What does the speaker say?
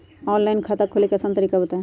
Online खाता खोले के आसान तरीका बताए?